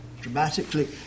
dramatically